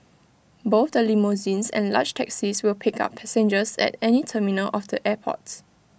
both the limousines and large taxis will pick up passengers at any terminal of the airport